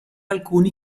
alcuni